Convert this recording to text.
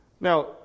Now